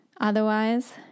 Otherwise